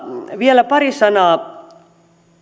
vielä pari sanaa